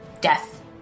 death